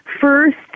first